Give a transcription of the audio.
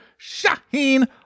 Shaheen